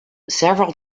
several